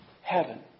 Heaven